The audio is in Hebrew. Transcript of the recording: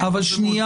לכם זה קל.